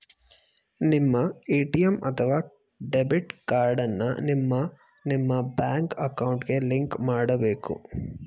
ನಿಮ್ಮ ಎ.ಟಿ.ಎಂ ಅಥವಾ debit card ಅನ್ನ ನಿಮ್ಮ ನಿಮ್ಮ ಬ್ಯಾಂಕ್ ಅಕೌಂಟ್ಗೆ ಲಿಂಕ್ ಮಾಡಬೇಕು